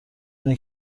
اینه